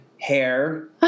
hair